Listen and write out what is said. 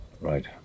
right